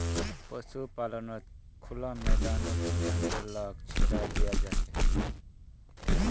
पशुपाल्नोत खुला मैदानोत जानवर लाक छोड़े दियाल जाहा